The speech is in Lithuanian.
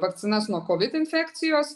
vakcinas nuo kovid infekcijos